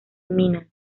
minas